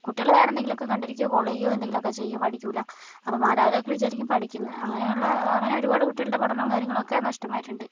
കുട്ടികൾ വേറെ എന്തെങ്കിലും കണ്ടിരിക്കുകയോ കോൾ ചെയ്യുകയോ എന്തെങ്കിലുമൊക്കെ ചെയ്യും പഠിക്കില്ല അപ്പം മാതാപിതാക്കൾ വിചാരിക്കും പഠിക്കും എന്ന് അങ്ങനെ ഉള്ള ഒരുപാട് കുട്ടികളുടെ പഠനവും കാര്യങ്ങളും ഒക്കെ നഷ്ടമായിട്ടുണ്ട്